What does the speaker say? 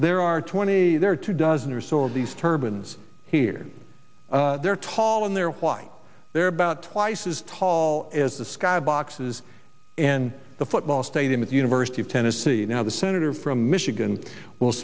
there are two dozen or so of these turbans here they're tall and they're why they're about twice as tall as the sky boxes and the football stadium at the university of tennessee now the senator from michigan will